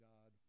God